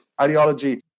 ideology